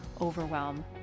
overwhelm